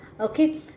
Okay